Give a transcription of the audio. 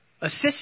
assist